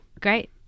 Great